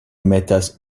metas